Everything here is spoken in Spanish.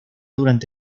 durante